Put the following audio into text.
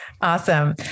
Awesome